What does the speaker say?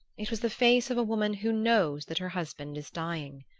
it was the face of a woman who knows that her husband is dying.